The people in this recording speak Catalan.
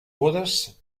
bodes